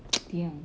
diam